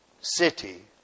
city